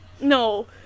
no